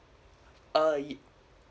uh yeah